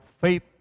faith